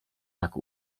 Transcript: tak